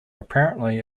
apparently